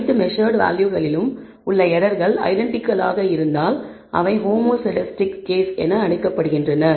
அனைத்து மெஸர்ட் வேல்யூகளிலும் உள்ள எரர்கள் ஐடெண்டிகல் ஆக இருந்தால் அவை ஹோமோசெஸ்டாஸ்டிக் கேஸ் என அழைக்கப்படுகின்றன